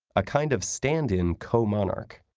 a kind of stand-in co-monarch.